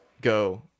go